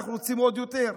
אנחנו רוצים עוד יותר.